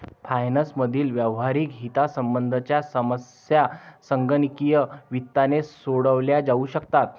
finance मधील व्यावहारिक हितसंबंधांच्या समस्या संगणकीय वित्ताने सोडवल्या जाऊ शकतात